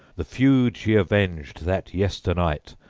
the feud she avenged that yesternight,